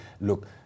look